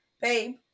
babe